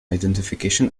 identification